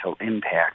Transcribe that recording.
impact